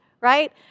right